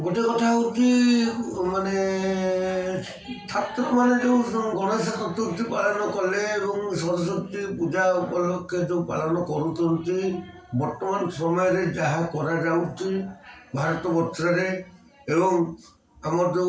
ଗୋଟେ କଥା ହଉଛି ମାନେ ଛାତ୍ରମାନେ ଯେଉଁ ଗଣେଶ ଚତୁର୍ଥୀ ପାଳନ କଲେ ଏବଂ ସରସ୍ଵତୀ ପୂଜା ଉପଲକ୍ଷେ ଯେଉଁ ପାଳନ କରୁଛନ୍ତି ବର୍ତ୍ତମାନ ସମୟରେ ଯାହା କରାଯାଉଛି ଭାରତବର୍ଷରେ ଏବଂ ଆମ ଯେଉଁ